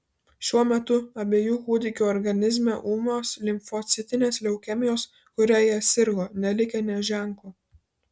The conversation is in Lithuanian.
šiuo metu abiejų kūdikių organizme ūmios limfocitinės leukemijos kuria jie sirgo nelikę nė ženklo